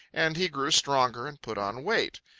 and he grew stronger and put on weight.